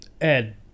Ed